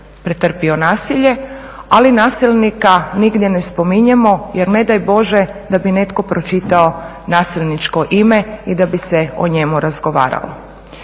pretrpio nasilje, ali nasilnika nigdje ne spominjemo jer ne daj bože da bi netko pročitao nasilničko ime i da bi se o njemu razgovaralo.